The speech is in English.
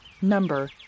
Number